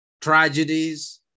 tragedies